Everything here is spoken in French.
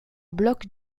blocs